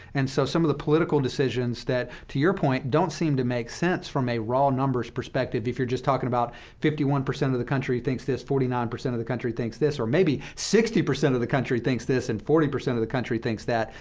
and so some of the political decisions that, to your point, don't seem to make sense from a raw numbers perspective, if you're just talking about fifty one percent of the country thinks this, forty nine percent of the country thinks this, or maybe sixty percent of the country thinks this and forty percent of the country thinks that,